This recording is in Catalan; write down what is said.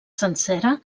sencera